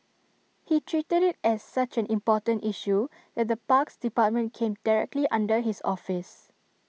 he treated IT as such an important issue that the parks department came directly under his office